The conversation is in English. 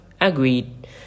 Agreed